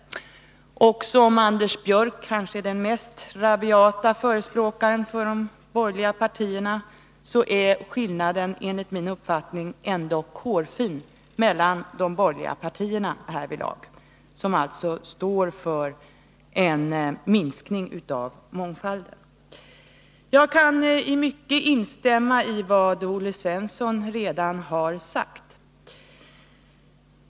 Även om Anders Björck kanske är den mest rabiate förespråkaren för de borgerliga partierna, är skillnaden mellan de borgerliga partierna enligt min mening hårfin. De står för en minskning av mångfalden. Nr 118 Jag kan i mycket instämma i vad Olle Svensson redan har sagt.